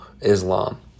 Islam